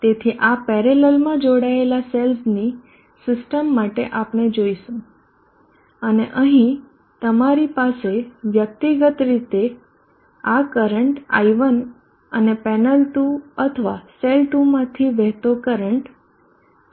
તેથી આ પેરેલલમાં જોડાયેલા સેલ્સની સિસ્ટમ માટે આપણે જોઈશું અને અહીં તમારી પાસે વ્યક્તિગત રીતે આ કરંટ i1 અને પેનલ 2 અથવા સેલ 2 માંથી વહેતો કરંટ i2 છે